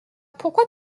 pourquoi